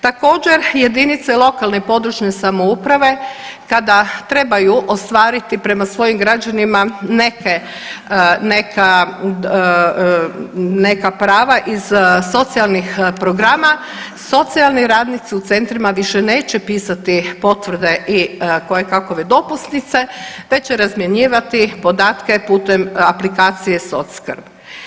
Također jedinice lokalne i područne samouprave kada trebaju ostvariti prema svojim građanima neka prava iz socijalnih programa, socijalni radnici u centrima više neće pisati potvrde i kojekakve dopusnice već će razmjenjivati podatke putem aplikacije SocSkrb.